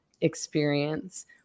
experience